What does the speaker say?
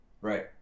Right